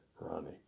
Ronnie